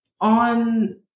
on